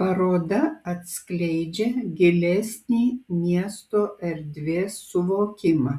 paroda atskleidžia gilesnį miesto erdvės suvokimą